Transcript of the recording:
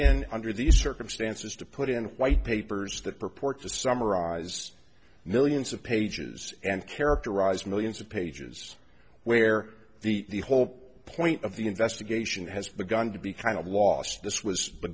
in under these circumstances to put in white papers that purport to summarize millions of pages and characterize millions of pages where the whole point of the investigation has begun to be kind of lost this was